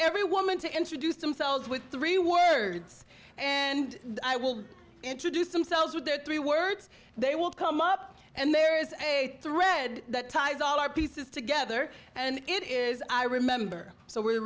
every woman to introduce themselves with three words and i will introduce themselves with their three words they will come up and there is a thread that ties all our pieces together and it is i remember so we're